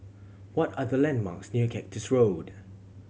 what are the landmarks near Cactus Road